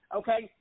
okay